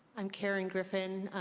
i'm karen griffin,